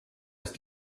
ist